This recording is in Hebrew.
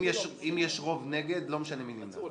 אם יש רוב נגד, לא משנה מי נמנע.